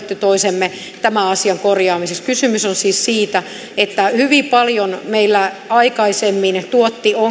toisemme tämän asian korjaamisessa kysymys on siis siitä että hyvin paljon meillä aikaisemmin tuotti